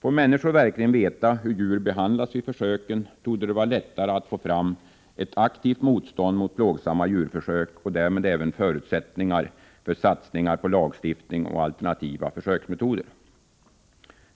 Får människor verkligen veta hur djur behandlas vid försöken, torde det vara lättare att få fram ett aktivt motstånd mot plågsamma djurförsök, och därmed skapas även förutsättningar för satsningar på lagstiftning och alternativa försöksmetoder.